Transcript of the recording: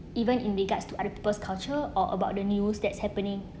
even in regards to other peoples culture or about the news that's happening